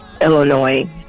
Illinois